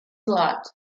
slot